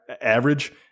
average